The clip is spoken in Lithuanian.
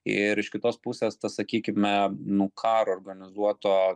ir iš kitos pusės tas sakykime nu karo organizuoto